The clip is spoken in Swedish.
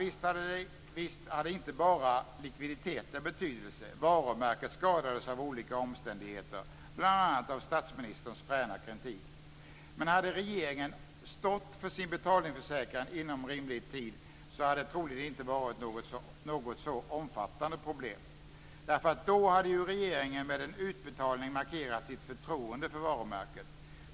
Visst hade inte bara likviditeten betydelse. Varumärket skadades av olika omständigheter, bl.a. av statsministerns fräna kritik. Men hade regeringen stått för sin betalningsförsäkran inom rimlig tid, hade det troligen inte varit något så omfattande problem. Då hade ju regeringen med en utbetalning markerat sitt förtroende för varumärket.